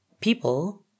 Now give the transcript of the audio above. people